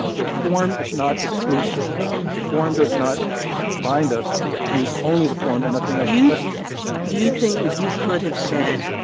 the form is not exclusive. the the form does not bind us to use only the form and nothing else you do you think that you could have said,